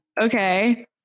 Okay